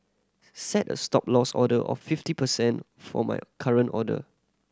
set a Stop Loss order of fifty percent for my current order